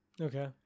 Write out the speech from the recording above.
Okay